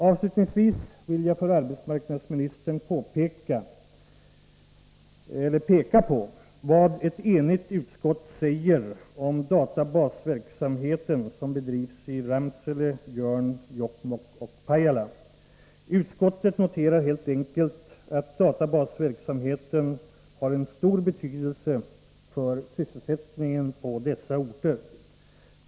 Avslutningsvis vill jag, herr arbetsmarknadsminister, peka på vad ett enigt utskott säger om dataregistreringsverksamheten i Ramsele och de databasverksamheter som bedrivs i Jörn, Jokkmokk och Pajala. Utskottet noterar helt enkelt att dessa verksamheter har en stor betydelse för sysselsättningen på ifrågavarande orter.